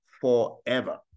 forever